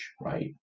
right